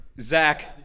Zach